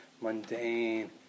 mundane